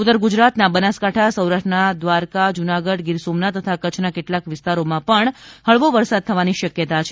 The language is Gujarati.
ઉત્તર ગુજરાતના બનાસકાંઠા સૌરાષ્ટ્રના દ્વારકા જૂનાગઢ ગીર સોમનાથ તથા કચ્છના કેટલાક વિસ્તારોમાં પણ હળવો વરસાદ થવાની શકયતા છે